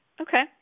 Okay